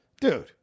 Dude